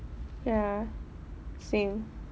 ya same